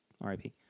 RIP